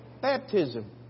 baptism